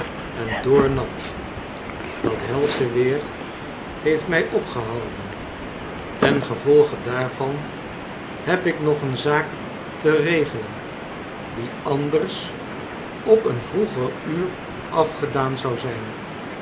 en doornat dat helsche weer heeft mij opgehouden tengevolge daarvan heb ik nog een zaak te regelen die anders op een vroeger uur afgedaan zou zijn